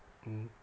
mmhmm